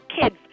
kids